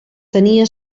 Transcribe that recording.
tenia